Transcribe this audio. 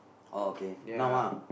orh okay now ah